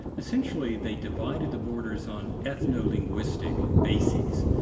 essentially, they divided the borders on ethno-linguistic bases,